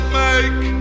make